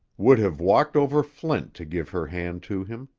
would have walked over flint to give her hand to him.